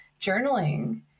journaling